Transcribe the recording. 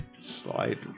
Slide